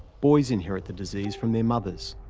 boys inherit the disease from their mothers,